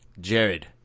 Jared